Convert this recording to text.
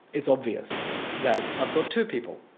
it's obvious that i've got two people.